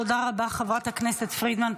תודה רבה, חברת הכנסת פרידמן.